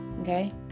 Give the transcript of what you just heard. okay